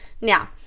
now